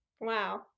Wow